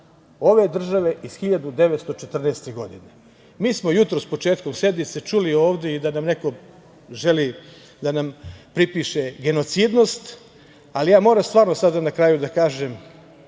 ove države iz 1914. godine. Mi smo jutros početkom sednice čuli ovde i da neko želi da nam pripiše genocidnost, ali ja moram stvarno sada na kraju da kažem